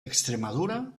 extremadura